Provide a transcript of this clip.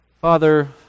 Father